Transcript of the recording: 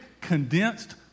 condensed